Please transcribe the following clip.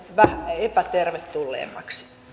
epätervetulleemmiksi